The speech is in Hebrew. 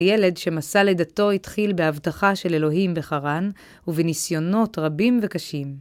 ילד שמסע לידתו התחיל בהבטחה של אלוהים בחרן, ובניסיונות רבים וקשים.